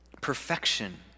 perfection